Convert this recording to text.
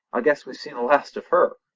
i guess we've seen the last of her!